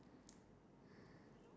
your card your card